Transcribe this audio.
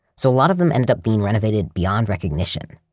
so a lot of them ended up being renovated beyond recognition.